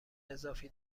اضافی